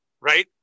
right